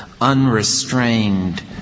unrestrained